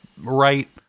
right